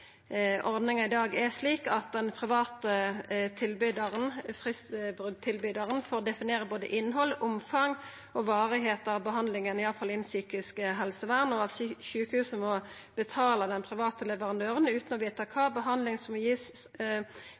ordninga i dag er slik at den private fristbrottilbydaren får definere både innhald, omfang og varigheit av behandlinga, iallfall innanfor psykisk helsevern, og at sjukehuset må betala den private leverandøren utan å vita kva behandling som